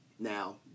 Now